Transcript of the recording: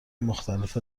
مختلف